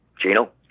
gino